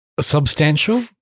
substantial